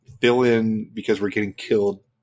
fill-in-because-we're-getting-killed